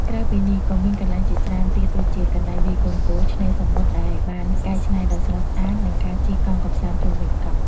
ក្រៅពីនេះ ក៏មានកន្លែងជាច្រើនទៀតដូចជា កន្លែងវាយកូនហ្គោល ឆ្នេរសមុទ្រដែលបានកែច្នៃដ៏ស្រស់ស្អាត និងការជិះកង់កម្សាន្តជុំវិញកោះ។